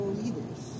leaders